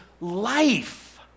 life